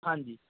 ਹਾਂਜੀ